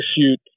shoot